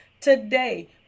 today